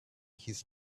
his